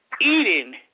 eating